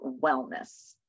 wellness